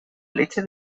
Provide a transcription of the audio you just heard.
leche